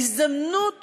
ההזדמנות